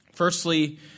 Firstly